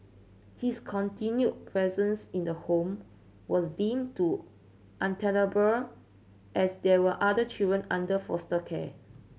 his continued presence in the home was deemed to untenable as there were other children under foster care